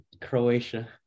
Croatia